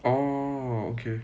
orh okay